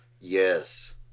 Yes